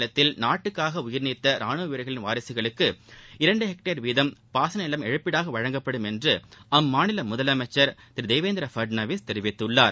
மகாராஷ்டிர மாநிலத்தில் நாட்டுக்காக உயிர்நீத்த ரானுவ வீரர்களின் வாரிசுகளுக்கு இரண்டு ஹெக்டேர் வீதம் பாசன நிலம் இழப்பீடாக வழங்கப்படும் என்று அம்மாநில முதலனமச்சர் திரு தேவேந்திர ஃபட்னாவிஸ் தெரிவித்துள்ளார்